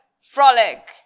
Frolic